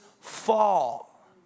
fall